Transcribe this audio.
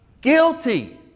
guilty